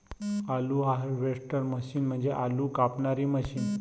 आलू harvester machine म्हणजे आलू कापणारी मशीन